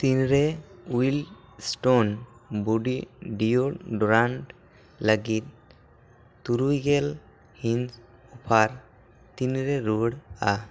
ᱛᱤᱱᱨᱮ Wild Stone body deodorant ᱞᱟᱹᱜᱤᱫ ᱛᱩᱨᱩᱭ ᱜᱮᱞ ᱦᱤᱱ ᱚᱯᱷᱟᱨ ᱛᱤᱱᱨᱮ ᱨᱩᱭᱟᱹᱲᱟ